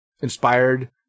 inspired